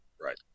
Right